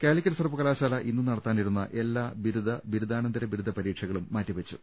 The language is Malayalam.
കാലിക്കറ്റ് സർവകലാശാല ഇന്ന് നടത്താനിരുന്ന എല്ലാ ബിരുദ ബിരുദാനന്തര ബിരുദ പരീക്ഷകളും മാറ്റിവെച്ചു